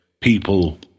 people